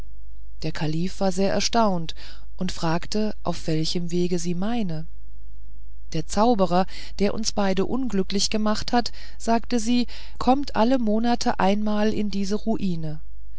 der kalif war sehr erstaunt und fragte auf welchem wege sie meine der zauberer der uns beide unglücklich gemacht hat sagte sie kommt alle monate einmal in diese ruinen